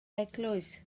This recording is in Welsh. eglwys